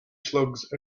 slugs